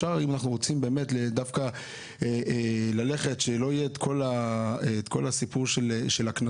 אם אנחנו רוצים שלא יהיה כל הסיפור של הקנסות,